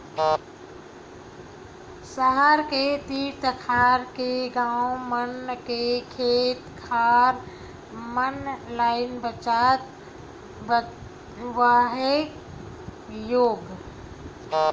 सहर के तीर तखार के गाँव मन के खेत खार मन नइ बाचत हवय गोय